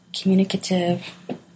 communicative